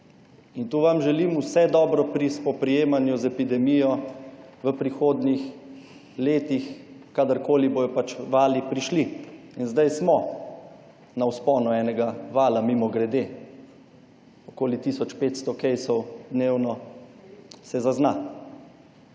Tu vam želim vse dobro pri spoprijemanju z epidemijo v prihodnjih letih, kadarkoli bojo pač vali prišli. Zdaj smo na vzponu enega vala, mimogrede, okoli tisoč 500 primerov dnevno se zazna.